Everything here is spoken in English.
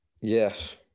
Yes